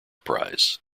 prize